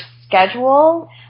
schedule